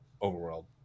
overworld